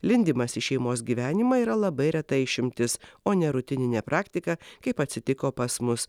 lindimas į šeimos gyvenimą yra labai reta išimtis o ne rutininė praktika kaip atsitiko pas mus